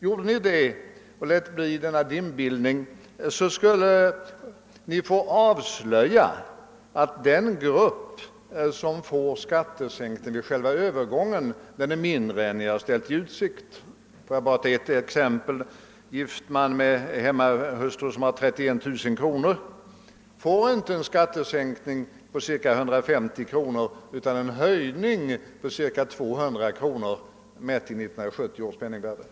Gjorde socialdemokraterna detta och avstod från dimbildning skulle de avslöja, att den grupp som får skattesänkningar vid själva övergången är mindre än vad de ställt i utsikt. Låt mig bara ta ett exempel. En gift man med hemmafru och med en lön på 31000 kronor får inte en skattesänkning på ca 150 kronor utan en höjning med ca 200 kronor, mätt efter 1970 års penningvärde.